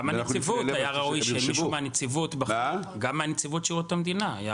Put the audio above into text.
היה ראוי שיהיה גם מישהו מנציבות שירות המדינה.